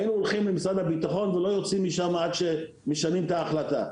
היינו הולכים למשרד הביטחון ולא יוצאים משם עד שמשנים את ההחלטה.